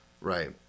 Right